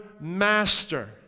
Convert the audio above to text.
master